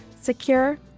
Secure